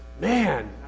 man